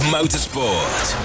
Motorsport